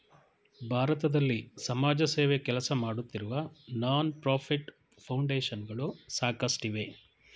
ಭಾರತದಲ್ಲಿ ಸಮಾಜಸೇವೆ ಕೆಲಸಮಾಡುತ್ತಿರುವ ನಾನ್ ಪ್ರಫಿಟ್ ಫೌಂಡೇಶನ್ ಗಳು ಸಾಕಷ್ಟಿವೆ